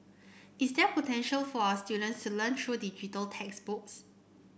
is there potential for our students to learn through digital textbooks